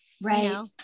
Right